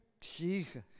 Jesus